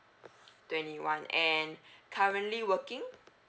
twenty one and currently working